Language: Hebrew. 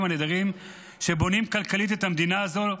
הנהדרים שבונים כלכלית את המדינה הזאת,